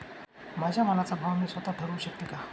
माझ्या मालाचा भाव मी स्वत: ठरवू शकते का?